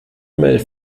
mail